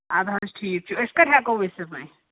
اَدٕ حظ ٹھیٖک چھُ أسۍ کَر ہٮ۪کو ؤسِتھ وۄنۍ